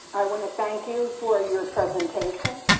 i want to thank you for your presentation.